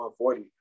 140